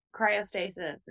cryostasis